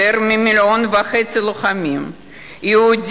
יותר מ-1.5 מיליון לוחמים יהודים,